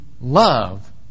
love